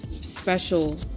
special